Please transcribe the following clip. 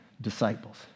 disciples